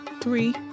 three